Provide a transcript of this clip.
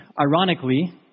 ironically